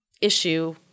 issue